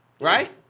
right